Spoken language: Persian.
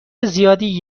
زیادی